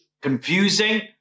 confusing